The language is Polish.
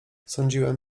sądziłem